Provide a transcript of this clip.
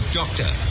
doctor